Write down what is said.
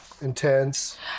intense